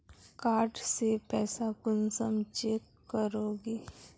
Card से पैसा कुंसम चेक करोगी?